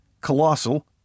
colossal